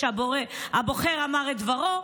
כשהבוחר אמר את דברו,